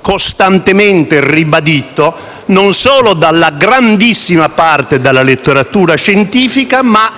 costantemente ribadito non solo dalla grandissima parte della letteratura scientifica, ma, ad